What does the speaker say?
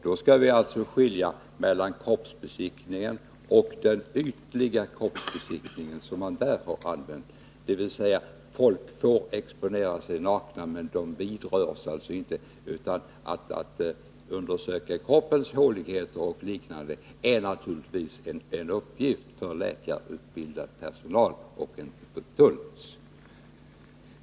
Då skall vi alltså skilja på kroppsbesiktningen och den ytliga kroppsbesiktningen som har använts inom tullen, dvs. detta att människor får exponera sig nakna men att de inte vidrörs. Att undersöka kroppens håligheter och liknande är naturligtvis en uppgift för läkarutbildad personal och inte för tullens tjänstemän.